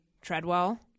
Treadwell